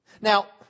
Now